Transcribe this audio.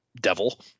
devil